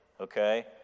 okay